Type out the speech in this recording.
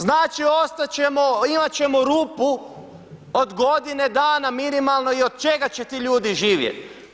Znači ostat ćemo, imat ćemo rupu od godine dana minimalno i od čega će ti ljudi živjet?